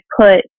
put